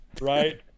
right